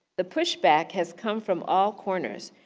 the pushback has come from all corners.